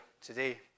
today